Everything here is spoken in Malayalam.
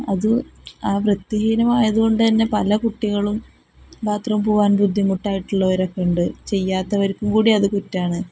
അത് ആ വൃത്തിഹീനമായതുകൊണ്ടു തന്നെ പല കുട്ടികളും ബാത്റൂമില് പോവാൻ ബുദ്ധിമുട്ടായിട്ടുള്ളവരൊക്കെ ഉണ്ട് ചെയ്യാത്തവർക്കും കൂടി അതു കുറ്റമാണ്